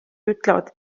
ütlevad